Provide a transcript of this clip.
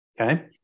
okay